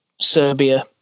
Serbia